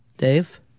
Dave